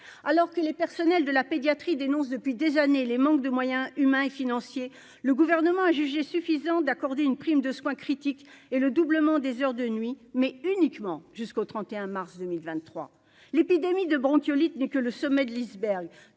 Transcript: alors que les personnels de la pédiatrie dénoncent depuis des années les manques de moyens humains et financiers, le gouvernement a jugé suffisant d'accorder une prime de soins critiques et le doublement des heures de nuit mais uniquement jusqu'au 31 mars 2023, l'épidémie de bronchiolite n'est que le sommet de l'iceberg